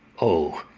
o,